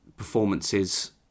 performances